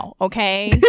Okay